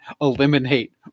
eliminate